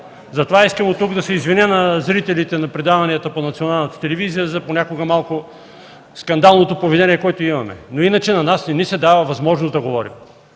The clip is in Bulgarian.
Затова искам оттук да се извиня на зрителите на предаванията по Националната телевизия за скандалното поведение, което понякога имаме. На нас не ни се дава възможност да говорим.